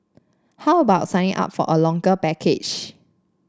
how about signing up for a longer package